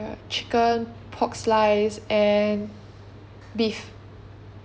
chicken pork slice and beef